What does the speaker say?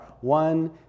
one